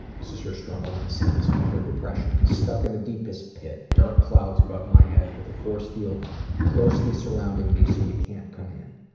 this is her struggle in a sentence. about her depression, stuck in the deepest pit, dark clouds above my head with a force field closely surrounding me so you can't come in.